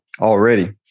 already